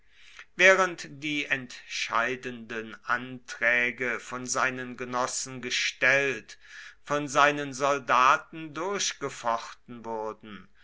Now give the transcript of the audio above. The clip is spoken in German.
während die entscheidenden anträge von seinen genossen gestellt von seinen soldaten durchgefochten wurden